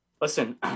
Listen